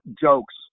jokes